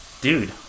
dude